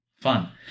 fun